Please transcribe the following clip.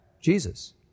Jesus